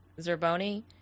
Zerboni